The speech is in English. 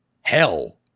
hell